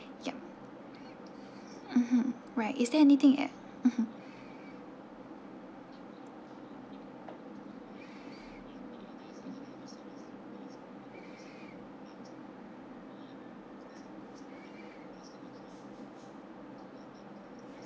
yup mmhmm right is there anything else mmhmm